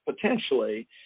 potentially